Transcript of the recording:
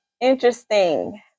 interesting